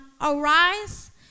arise